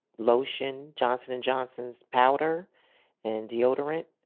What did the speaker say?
lotion. johnson and johnson's powder and deodorant.